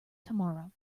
tomorrow